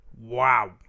wow